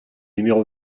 numéro